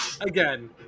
Again